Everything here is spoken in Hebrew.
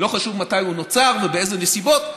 לא חשוב מתי הוא נוצר ובאיזה נסיבות,